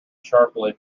sharply